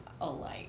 alike